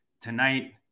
tonight